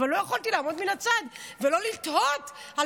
אבל לא יכולתי לעמוד מן הצד ולא לתהות על